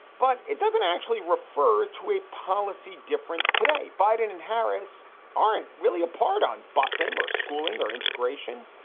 but it doesn't actually refer to a policy difference today. biden and harris aren't really apart on busing or schooling or integration.